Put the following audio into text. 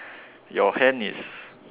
your hand is